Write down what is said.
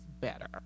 better